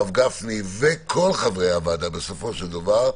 הרב גפני וכל חברי הוועדה בסופו של דבר,